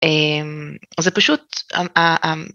זה פשוט.